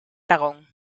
aragón